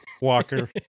walker